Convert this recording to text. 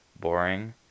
boring